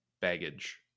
baggage